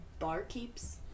barkeeps